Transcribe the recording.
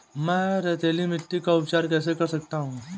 मैं रेतीली मिट्टी का उपचार कैसे कर सकता हूँ?